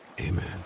Amen